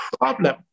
problem